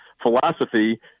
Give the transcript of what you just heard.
philosophy